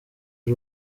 uri